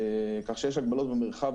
כך שיש הגבלות במרחב,